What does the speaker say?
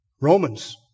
Romans